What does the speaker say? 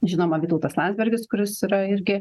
žinoma vytautas landsbergis kuris yra irgi